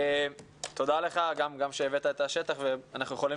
תודה לך גם שהבאת את השטח ואנחנו יכולים